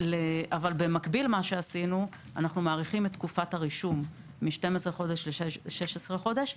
אבל במקביל עשינו הארכת תקופת הרישום מ-12 חודשים ל-16 חודשים,